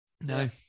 No